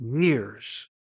years